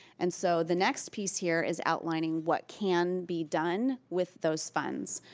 and so the next piece here is outlining what can be done with those funds.